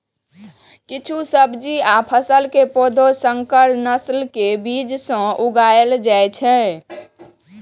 किछु सब्जी आ फसल के पौधा संकर नस्ल के बीज सं उगाएल जाइ छै